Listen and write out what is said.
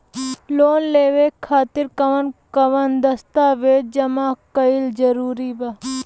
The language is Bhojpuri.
लोन लेवे खातिर कवन कवन दस्तावेज जमा कइल जरूरी बा?